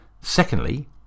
Secondly